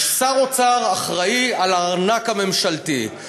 יש שר אוצר שאחראי לארנק הממשלתי,